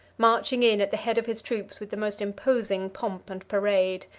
marching in at the head of his troops with the most imposing pomp and parade.